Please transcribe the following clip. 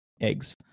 eggs